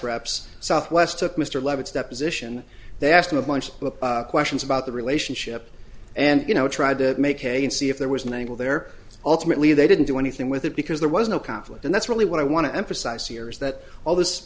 reps south west took mr leavitt's deposition they asked him a bunch of questions about the relationship and you know tried to make hay and see if there was an angle there ultimately they didn't do anything with it because there was no conflict and that's really what i want to emphasize here is that all this